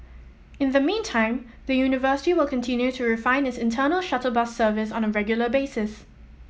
in the meantime the university will continue to refine its internal shuttle bus service on a regular basis